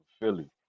Philly